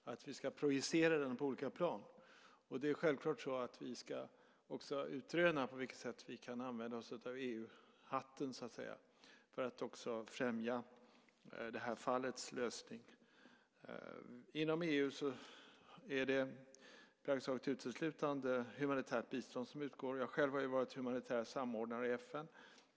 Vi ska projicera den på olika plan. Vi ska självfallet utröna på vilket sätt vi kan använda oss av EU-hatten för att också främja det här fallets lösning. Inom EU är det praktiskt taget uteslutande humanitärt bistånd som utgår. Jag har själv varit humanitär samordnare i FN.